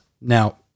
Now